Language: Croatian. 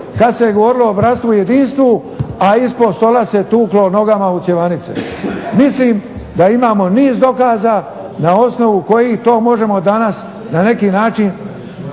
kad se govorilo o bratstvu i jedinstvu, a ispod stola se tuklo nogama u cjevanice. Mislim da imamo niz dokaza na osnovu kojih to možemo danas na neki način